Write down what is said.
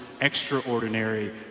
extraordinary